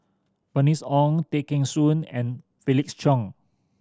Bernice Ong Tay Kheng Soon and Felix Cheong